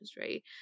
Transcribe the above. right